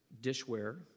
dishware